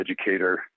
educator